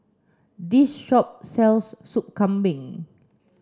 this shop sells soup Kambing